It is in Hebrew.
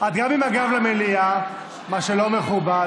ואת גם עם הגב למליאה, מה שלא מכובד.